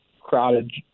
crowded